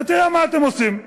ותראה מה אתם עושים: